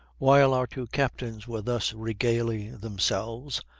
while our two captains were thus regaling themselves,